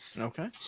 Okay